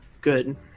good